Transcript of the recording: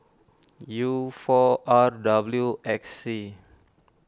U four R W X C